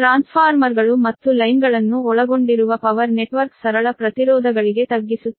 ಟ್ರಾನ್ಸ್ಫಾರ್ಮರ್ಗಳು ಮತ್ತು ಲೈನ್ಗಳನ್ನು ಒಳಗೊಂಡಿರುವ ಪವರ್ ನೆಟ್ವರ್ಕ್ ಸರಳ ಪ್ರತಿರೋಧಗಳಿಗೆ ತಗ್ಗಿಸುತ್ತದೆ